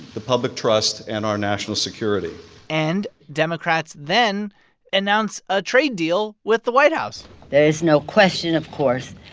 the public trust and our national security and democrats then announce a trade deal with the white house there is no question, of course,